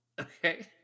okay